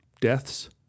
deaths